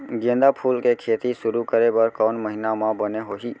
गेंदा फूल के खेती शुरू करे बर कौन महीना मा बने होही?